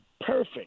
Perfect